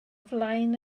flaen